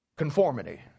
Conformity